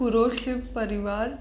पूरो शिव परिवार